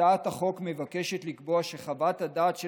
הצעת החוק מבקשת לקבוע שחוות הדעת של